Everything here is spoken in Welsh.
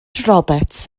roberts